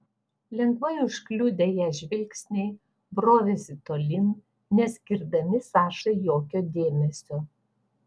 lengvai užkliudę ją žvilgsniai brovėsi tolyn neskirdami sašai jokio dėmesio